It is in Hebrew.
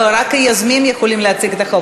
אף שהחוק מאוד מאוד מאוד חשוב, זאת הצעת חוק מאוד